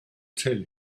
tell